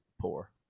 poor